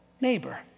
neighbor